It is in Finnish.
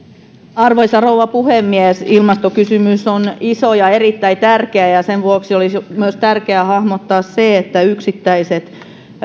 arvoisa rouva puhemies ilmastokysymys on iso ja erittäin tärkeä ja sen vuoksi olisi tärkeää hahmottaa myös se että pelkästään yksittäiset